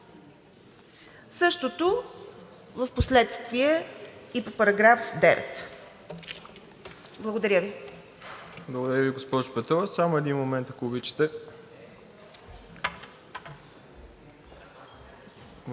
Същото впоследствие и по § 9. Благодаря Ви.